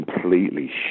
completely